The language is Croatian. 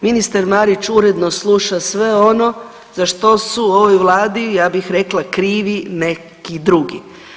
Ministar Marić uredno sluša sve ono za što su u ovoj vladi ja bih rekla krivi neki drugi.